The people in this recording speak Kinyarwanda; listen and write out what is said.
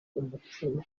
umutima